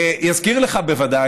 יזכיר לך בוודאי,